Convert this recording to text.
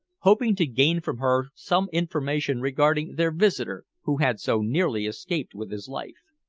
hoping to gain from her some information regarding their visitor who had so nearly escaped with his life.